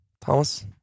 Thomas